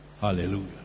Hallelujah